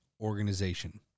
organization